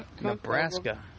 Nebraska